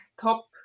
top